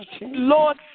Lord